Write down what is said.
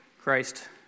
Christ